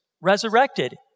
resurrected